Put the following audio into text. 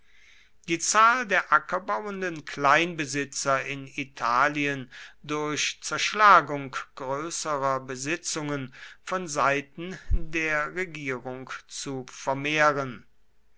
die zahl der ackerbauenden kleinbesitzer in italien durch zerschlagung größerer besitzungen von seiten der regierung zu vermehren